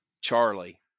Charlie